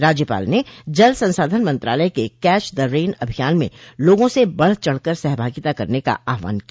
राज्यपाल ने जल संसाधन मंत्रालय के कैच द रेन अभियान में लोगों से बढ़ चढ़ कर सहभागिता करने का आहवान किया